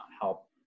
help